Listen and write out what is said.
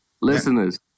Listeners